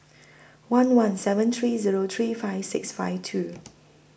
one one seven three Zero three five six five two